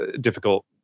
difficult